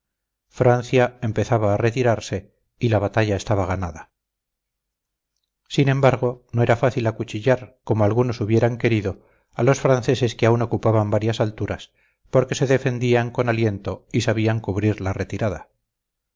francia empezaba a retirarse y la batalla estaba ganada sin embargo no era fácil acuchillar como algunos hubieran querido a los franceses que aún ocupaban varias alturas porque se defendían con aliento y sabían cubrir la retirada